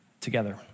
together